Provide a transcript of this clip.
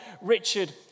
Richard